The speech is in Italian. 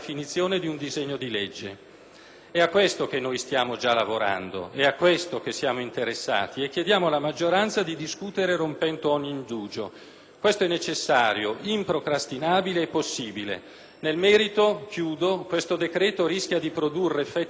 È a questo che noi stiamo già lavorando; a questo siamo interessati e chiediamo alla maggioranza di discutere rompendo ogni indugio. Questo è necessario, improcrastinabile e possibile. Nel merito, questo decreto rischia di produrre effetti contrari a quelli dichiarati.